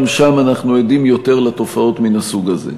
שם אנחנו גם עדים יותר לתופעות מן הסוג הזה.